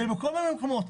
בכל מיני מקומות,